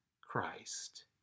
Christ